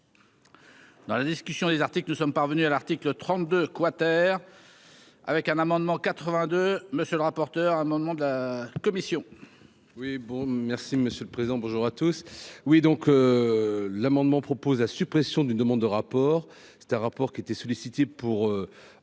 Dans la discussion des articles que nous sommes parvenus à l'article 32 quater avec un amendement 82, monsieur le rapporteur, un amendement de la commission. Oui, bon, merci monsieur le Président, bonjour à tous, oui, donc l'amendement propose la suppression d'une demande de rapport. C'est un rapport qui étaient sollicités pour